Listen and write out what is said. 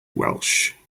welch